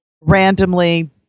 randomly